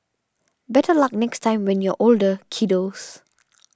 better luck next time when you're older kiddos